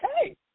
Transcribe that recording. okay